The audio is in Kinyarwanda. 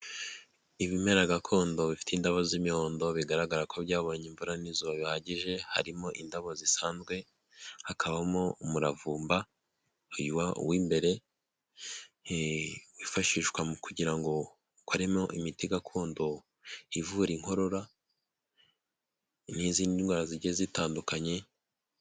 Ibimera gakondo bifite indabo z'imihondo bigaragara ko byabonye imvura n'izuba bihagije, harimo indabo zisanzwe, hakabamo umuravumba w'imbere, wifashishwa mu kugira ngo ukoremo imiti gakondo ivura inkorora n'izindi ndwara zijya zitandukanye.